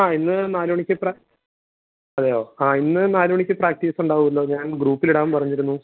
ആ ഇന്ന് നാല് മണിക്ക് പ്ര അതെയോ ആ ഇന്ന് നാല് മണിക്ക് പ്രാക്ടീസ് ഉണ്ടാവുമല്ലോ ഞാൻ ഗ്രുപ്പിൽ ഇടാൻ പറഞ്ഞിരുന്നു